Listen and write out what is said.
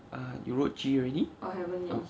err you wrote G already orh